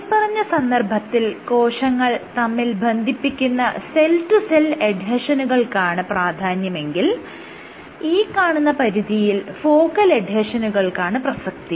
മേല്പറഞ്ഞ സന്ദർഭത്തിൽ കോശങ്ങൾ തമ്മിൽ ബന്ധിപ്പിക്കുന്ന സെൽ ടു സെൽ എഡ്ഹെഷനുകൾക്കാണ് പ്രാധാന്യമെങ്കിൽ ഈ കാണുന്ന പരിധിയിൽ ഫോക്കൽ എഡ്ഹെഷനുകൾക്കാണ് പ്രസക്തി